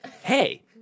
Hey